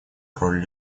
роль